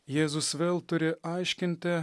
jėzus vėl turi aiškinti